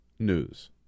news